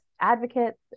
advocates